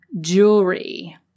jewelry